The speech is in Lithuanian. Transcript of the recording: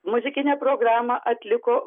muzikinę programą atliko